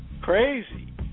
crazy